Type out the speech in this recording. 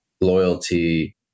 loyalty